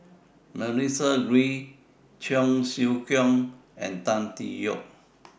Melissa Kwee Cheong Siew Keong and Tan Tee Yoke